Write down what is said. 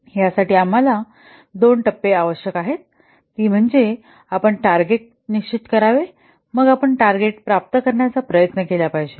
यासाठी आम्हाला दोन टप्पे आवश्यक आहेत ती म्हणजे आपण टार्गेट निश्चित करावे मग आपण टार्गेट प्राप्त करण्याचा प्रयत्न केला पाहिजे